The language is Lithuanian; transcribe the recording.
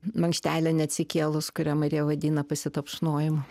mankštelė neatsikėlus kurią marija vadina pasitapšnojimu